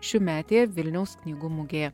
šiųmetėje vilniaus knygų mugėje